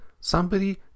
somebody